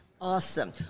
Awesome